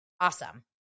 awesome